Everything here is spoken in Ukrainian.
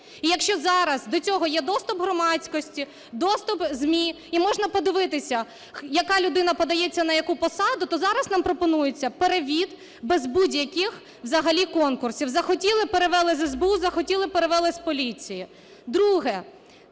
І якщо зараз до цього є доступ громадськості, доступ ЗМІ, і можна подивитися, яка людина подається на яку посаду, то зараз нам пропонується перевід без будь-яких взагалі конкурсів. Захотіли – перевели з СБУ, захотіли – перевели з поліції.